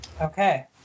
okay